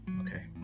Okay